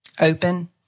open